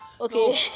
Okay